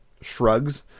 shrugs